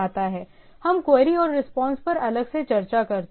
हम क्वेरी और रिस्पांस पर अलग से चर्चा करते हैं